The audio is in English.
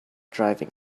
driving